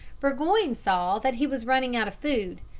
burgoyne saw that he was running out of food,